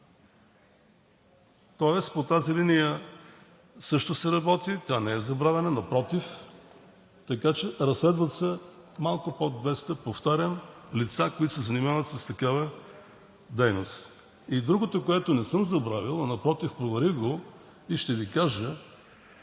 тоест по тази линия също се работи, тя не е забравена, напротив. Така че се разследват малко под 200, повтарям, лица, които се занимават с такава дейност. И другото, което не съм забравил, напротив – проверих го, и ще Ви кажа,